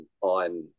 on